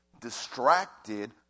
distracted